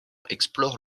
explore